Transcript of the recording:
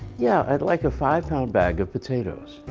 yeah, i'd like a five-pound bag of potatoes.